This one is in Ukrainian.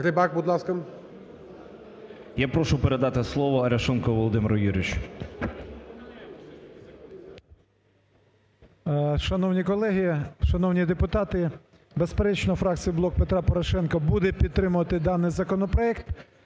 Я прошу передати слово Арешонкову Володимиру Юрійовичу.